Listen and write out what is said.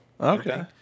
okay